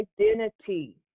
identity